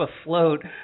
afloat